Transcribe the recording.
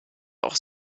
auch